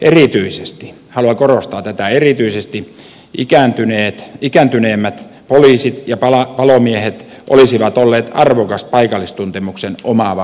erityisesti haluan korostaa tätä ikääntyneemmät poliisit ja palomiehet olisivat olleet arvokas paikallistuntemuksen omaava resurssi